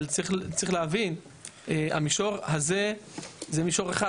אבל צריך להבין, המישור הזה הוא מישור אחד.